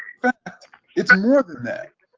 it's more than that.